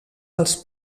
als